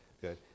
Good